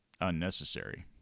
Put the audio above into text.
unnecessary